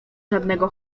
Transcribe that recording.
żadnego